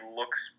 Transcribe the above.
looks